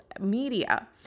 media